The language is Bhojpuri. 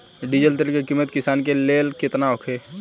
डीजल तेल के किमत किसान के लेल केतना होखे?